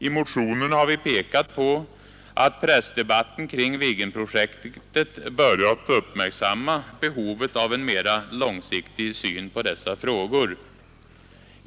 I motionen har vi pekat på att pressdebatten kring Viggenprojektet börjat uppmärksamma behovet av en mera långsiktig syn på dessa frågor.